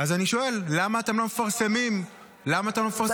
אז אני שואל למה אתם לא מפרסמים את התבחינים.